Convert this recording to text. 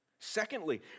Secondly